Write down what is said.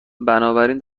بنابراین